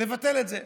לבטל את זה.